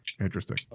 Interesting